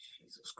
Jesus